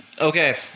Okay